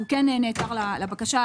שהוא כן נעתר לבקשה.